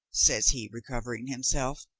says he, recovering himself,